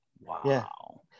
Wow